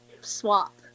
swap